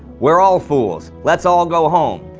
we're all fools. let's all go home.